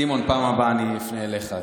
סימון, בפעם הבאה אפנה אליך.